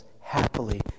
happily